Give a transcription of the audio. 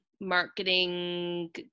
marketing